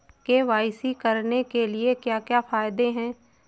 KYC करने के क्या क्या फायदे हैं?